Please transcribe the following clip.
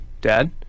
Dad